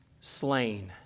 slain